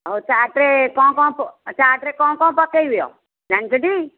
ହଁ ଚାଟ୍ରେ କ'ଣ କ'ଣ ଚାଟ୍ରେ କ'ଣ କ'ଣ ପକେଇବ ଜାଣିଛ ଟି